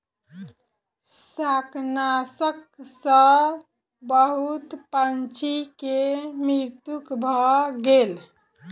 शाकनाशक सॅ बहुत पंछी के मृत्यु भ गेल